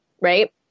right